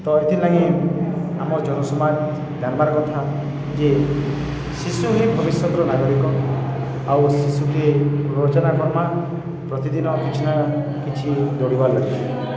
ତ ଏଥିର୍ଲାଗି ଆମର ଜନସମାଜ ଜାନ୍ବାର କଥା ଯେ ଶିଶୁ ହିଁ ଭବିଷ୍ୟତର ନାଗରିକ ଆଉ ଶିଶୁଟି ରଚନା କରର୍ମା ପ୍ରତିଦିନ କିଛି ନା କିଛି ଲୋଡ଼ିବାର୍ ଲାଗେ